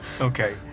Okay